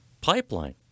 pipeline